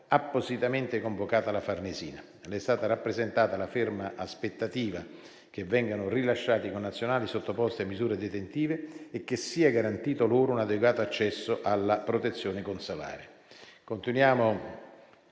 appositamente convocata alla Farnesina. Le è stata rappresentata la ferma aspettativa che vengano rilasciati i connazionali sottoposti a misure detentive e sia garantito loro un adeguato accesso alla protezione consolare.